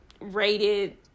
rated